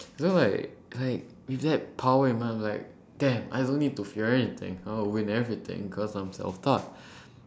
you know like like with that power in mind I'm like damn I don't need to fear anything I will win everything because I'm self taught